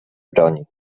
broni